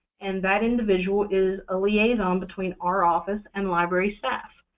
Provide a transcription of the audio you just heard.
and that individual is a liaison between our office and library staff.